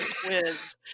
quiz